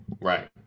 right